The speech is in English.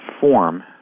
form